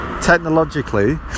technologically